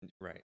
Right